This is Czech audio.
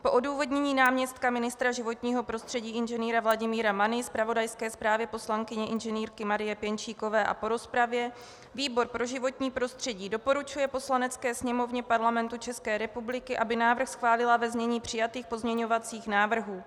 Po odůvodnění náměstka ministra životního prostředí Ing. Vladimíra Many, zpravodajské zprávy poslankyně Ing. Marie Pěnčíkové a po rozpravě výbor pro životní prostředí doporučuje Poslanecké sněmovně České republiky, aby návrh schválila ve znění přijatých pozměňovacích návrhů.